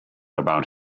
about